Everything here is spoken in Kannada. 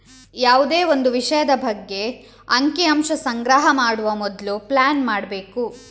ಯಾವುದೇ ಒಂದು ವಿಷಯದ ಬಗ್ಗೆ ಅಂಕಿ ಅಂಶ ಸಂಗ್ರಹ ಮಾಡುವ ಮೊದ್ಲು ಪ್ಲಾನ್ ಮಾಡ್ಬೇಕು